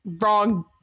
wrong